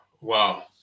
Wow